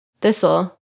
thistle